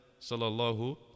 Sallallahu